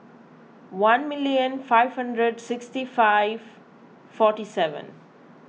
one million five hundred sixty five forty seven